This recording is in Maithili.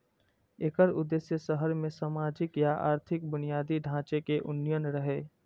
एकर उद्देश्य शहर मे सामाजिक आ आर्थिक बुनियादी ढांचे के उन्नयन रहै